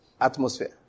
atmosphere